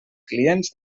clients